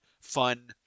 fun